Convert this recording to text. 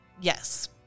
Yes